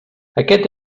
aquest